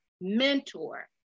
mentor